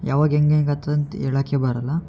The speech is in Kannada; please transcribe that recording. ಯಾವಾಗ ಹೆಂಗ್ ಹೆಂಗ್ ಆಗ್ತದ್ ಅಂತ ಹೇಳಕ್ಕೇ ಬರೋಲ್ಲ